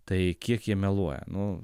tai kiek jie meluoja nu